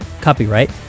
Copyright